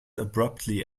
abruptly